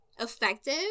effective